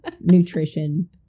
nutrition